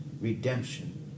redemption